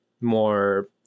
more